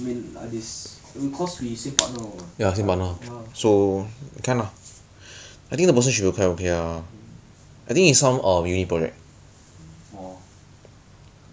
it's not like you want it's you're not then either that or you can build a very low cost [one] because Valorant is is just like link ah you can play online not some potato ass